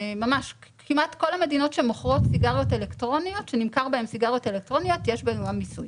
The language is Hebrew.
כמעט כל המדינות שמוכרות סיגריות אלקטרוניות יש בהן מיסוי.